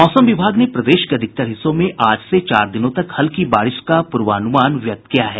मौसम विभाग ने प्रदेश के अधिकतर हिस्सों में आज से चार दिनों तक हल्की बारिश का प्र्वानुमान व्यक्त किया है